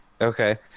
Okay